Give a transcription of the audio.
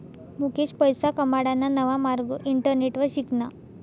मुकेश पैसा कमाडाना नवा मार्ग इंटरनेटवर शिकना